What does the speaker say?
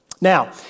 Now